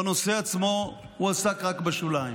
בנושא עצמו הוא עסק רק בשוליים.